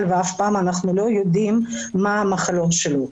ואף פעם אנחנו לא יודעים מה המחלות שלו.